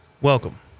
Welcome